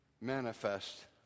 manifest